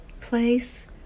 place